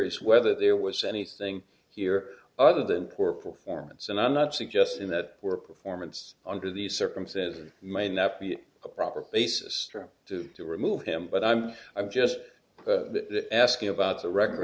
is whether there was anything here other than poor performance and i'm not suggesting that we're performance under these circumstances may not be a proper basis to remove him but i'm i'm just asking about the re